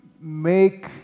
make